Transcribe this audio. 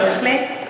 בהחלט,